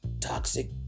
toxic